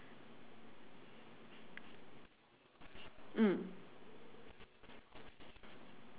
mm